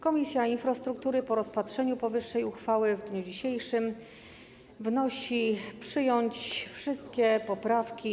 Komisja Infrastruktury po rozpatrzeniu powyższej uchwały w dniu dzisiejszym wnosi, aby przyjąć wszystkie poprawki.